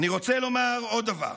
אני רוצה לומר עוד דבר.